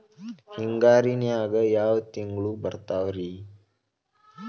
ಹಿಂಗಾರಿನ್ಯಾಗ ಯಾವ ತಿಂಗ್ಳು ಬರ್ತಾವ ರಿ?